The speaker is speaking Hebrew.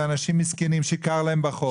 לאנשים מסכנים שקר להם בחורף,